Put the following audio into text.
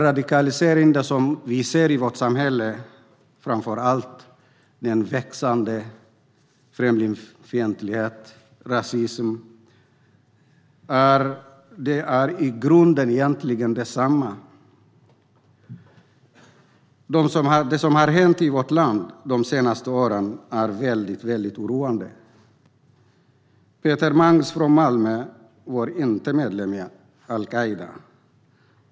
Radikaliseringen vi ser i vårt samhälle, framför allt den växande främlingsfientligheten och rasismen, är i grunden densamma. Det som har hänt i vårt land de senaste åren är väldigt oroande. Peter Mangs från Malmö var inte medlem i al-Qaida.